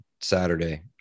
Saturday